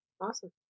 Awesome